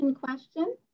question